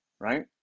right